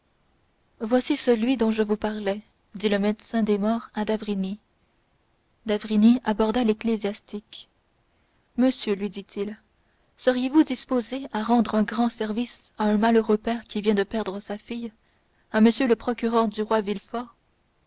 voici celui dont je vous parlais dit le médecin des morts à d'avrigny d'avrigny aborda l'ecclésiastique monsieur lui dit-il seriez-vous disposé à rendre un grand service à un malheureux père qui vient de perdre sa fille à m le procureur du roi